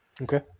Okay